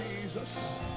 Jesus